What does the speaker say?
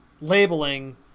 labeling